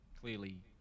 clearly